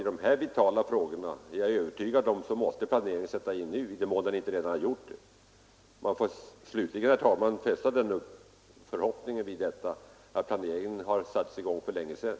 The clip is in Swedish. I de här vitala frågorna är jag övertygad om att grovplaneringen måste påbörjas nu i den mån den inte redan har satts in. Man måste, herr talman, faktiskt hysa den förhoppningen att den sortens planering har satts i gång för länge sedan.